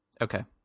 Okay